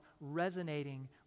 resonating